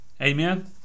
Amen